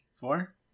Four